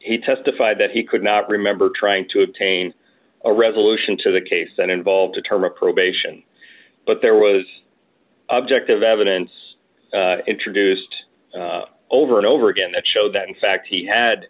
he testified that he could not remember trying to obtain a resolution to the case that involved a term of probation but there was objective evidence introduced over and over again that showed that in fact he had